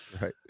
right